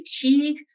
fatigue